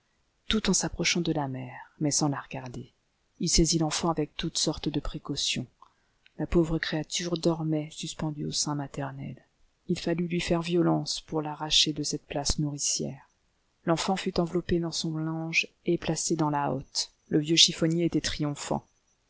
tout en s'approchant de la mère mais sans la regarder il saisit l'enfant avec toutes sortes de précautions la pauvre créature dormait suspendue au sein maternel il fallut lui faire violence pour l'arracher de cette place nourricière l'enfant fut enveloppé dans son lange et placé dans la hotte le vieux chiffonnier était triomphant